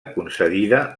concedida